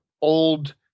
old